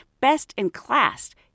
Best-in-class